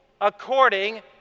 according